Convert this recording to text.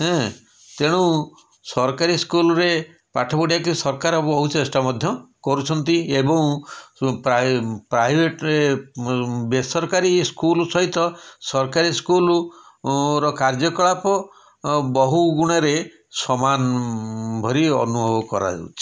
ଏଁ ତେଣୁ ସରକାରୀ ସ୍କୁଲ୍ରେ ପାଠକୁ ନେଇକି ସରକାର ବହୁଚେଷ୍ଟା ମଧ୍ୟ କରୁଛନ୍ତି ଏବଂ ପ୍ରାୟ ପ୍ରାଇଭେଟରେ ବେସରକାରୀ ସ୍କୁଲ୍ ସହିତ ସରକାରୀ ସ୍କୁଲ୍ ର କାର୍ଯ୍ୟକଳାପ ବହୁଗୁଣରେ ସମାନ ଭରି ଅନୁଭବ କରାଯାଉଛି